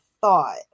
thought